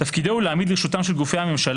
תפקידו הוא להעמיד לרשותם של גופי הממשלה